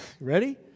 Ready